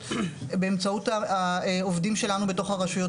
באמצעות העובדים שלנו בתוך הרשויות,